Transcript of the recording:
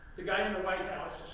the guy in the white house